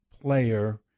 player